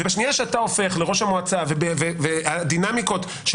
ובשנייה שאתה הופך לראש המועצה והדינמיקות של